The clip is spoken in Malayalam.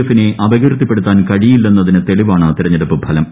എഫിനെ അപകീർത്തിപ്പെടുത്താൻ കഴിയില്ലെന്നതിന് തെളിവാണ് തെരഞ്ഞെടുപ്പ് ഫലം